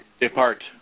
depart